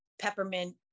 peppermint